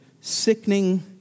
sickening